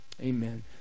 Amen